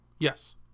Yes